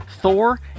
Thor